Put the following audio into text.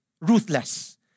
ruthless